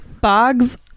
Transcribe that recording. bogs